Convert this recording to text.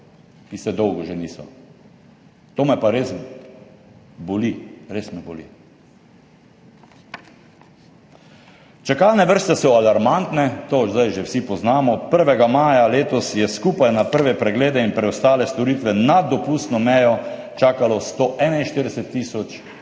ki se že dolgo niso. To me pa res boli. Res me boli. Čakalne vrste so alarmantne, to zdaj že vsi poznamo. 1. maja letos je skupaj na prve preglede in preostale storitve nad dopustno mejo čakalo 141 tisoč